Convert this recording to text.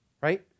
Right